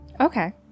Okay